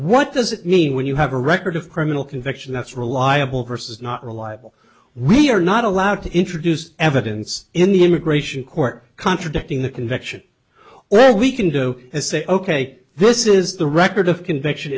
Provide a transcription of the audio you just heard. what does it mean when you have a record of criminal conviction that's reliable versus not reliable we are not allowed to introduce evidence in the immigration court contradicting the conviction or we can go and say ok this is the record of conviction